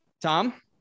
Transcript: Tom